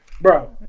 bro